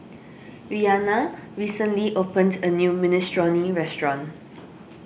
Reanna recently opened a new Minestrone restaurant